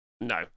no